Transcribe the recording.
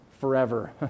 forever